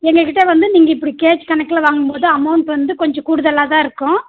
எங்கள் கிட்டே வந்து நீங்கள் இப்படி கேஜி கணக்கில் வாங்கும்போது அமௌண்ட் வந்து கொஞ்சம் கூடுதலாக தான் இருக்கும்